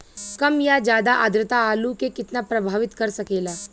कम या ज्यादा आद्रता आलू के कितना प्रभावित कर सकेला?